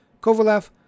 Kovalev